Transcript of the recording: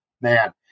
man